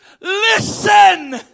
listen